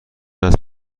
است